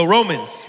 Romans